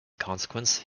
consequence